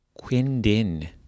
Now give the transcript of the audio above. Quindin